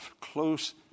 close